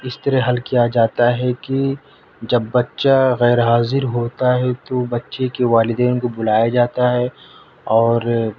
اس طرح حل کیا جاتا ہے کہ جب بچہ غیر حاضر ہوتا ہے تو بچے کے والدین کو بلایا جاتا ہے اور